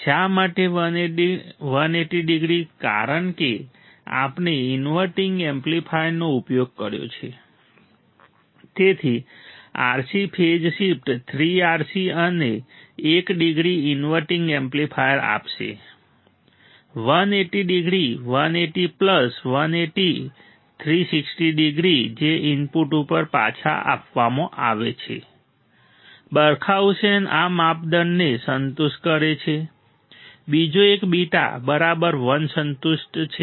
શા માટે 180 ડિગ્રી કારણ કે આપણે ઇનવર્ટિંગ એમ્પ્લીફાયરનો ઉપયોગ કર્યો છે તેથી RC ફેઝ શિફ્ટ 3 RC અમને એક ડિગ્રી ઇન્વર્ટિંગ એમ્પ્લીફાયર આપશે 180 ડિગ્રી 180 પ્લસ 180 360 ડિગ્રી જે ઇનપુટ ઉપર પાછા આપવામાં આવે છે બરખાઉસેન માપદંડને સંતુષ્ટ કરે છે બીજો એક બીટા બરાબર 1 સંતુષ્ટ છે